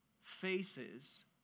faces